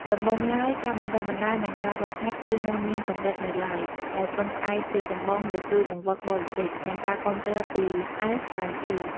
ដំបូងឡើយ ការបណ្តុះបណ្តាល និងការហ្វឹកហ្វឺនគឺនៅមានកម្រិតនៅឡើយ ដោយពឹងផ្អែកជាចម្បងលើគ្រូបង្វឹកបរទេស និងការគាំទ្រពី អ្វេស អាយ អុី។